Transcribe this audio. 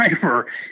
driver